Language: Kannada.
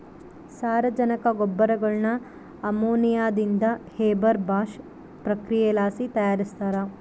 ಸಾರಜನಕ ಗೊಬ್ಬರಗುಳ್ನ ಅಮೋನಿಯಾದಿಂದ ಹೇಬರ್ ಬಾಷ್ ಪ್ರಕ್ರಿಯೆಲಾಸಿ ತಯಾರಿಸ್ತಾರ